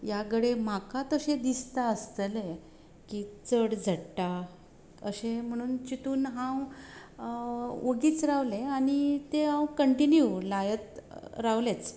या घडे म्हाका तशें दिसता आसतले की चड झडटा अशे म्हणून चिंतून हांव ओगीच रावलें आनी तें हांव कंटिन्यू लायत रावलेंच